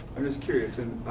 i'm just curious and